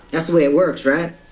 that's the way it works, right?